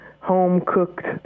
home-cooked